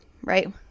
right